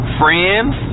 friends